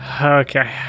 Okay